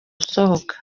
usohoka